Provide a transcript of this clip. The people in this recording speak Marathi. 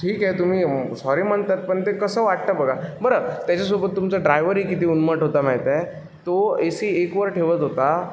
ठीक आहे तुम्ही सॉरी म्हणतात पण ते कसं वाटतं बघा बरं त्याच्यासोबत तुमचा ड्रायवरही किती उर्मट होता माहीत आहे तो ए सी एकवर ठेवत होता